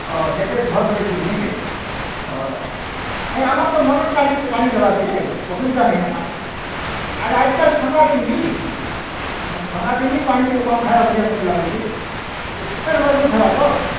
ହଁ ହଁ ନାଇ କେଁ ହଁ ନାଇଁ ଆମର୍ ତ ମଟର୍ ଚାଲିଛେ ପାଣି ଦେବା ଅସୁବିଧା ନାଇଁନ ପାଣି ଦେବା ଆଜିକାଲ୍ ହଁ ଥଣ୍ଡା ଦିନ୍ ହି ହଁ ଥଣ୍ଡା ଦିନ୍ ହି ପାଣି ଟିକେ କମ୍ ଖାଇବା ବୋଲି ଲାଗୁଛେ ଏକଦମ୍ ମଜ୍ଭୁତ ହେବା ତ